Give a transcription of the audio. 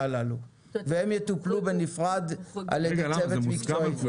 הללו והם יטופלו בנפרד על ידי צוות מקצועי.